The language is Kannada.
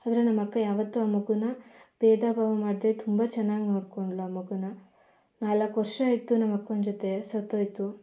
ಅಂದರೆ ನಮ್ಮಕ್ಕ ಯಾವತ್ತೂ ಆ ಮಗುನ ಭೇದ ಭಾವ ಮಾಡದೇ ತುಂಬ ಚೆನ್ನಾಗಿ ನೋಡ್ಕೊಂಡ್ಳು ಆ ಮಗುನ ನಾಲ್ಕು ವರ್ಷ ಇತ್ತು ನಮ್ಮಕ್ಕನ ಜೊತೆ ಸತ್ತೋಯಿತು